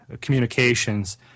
communications